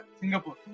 Singapore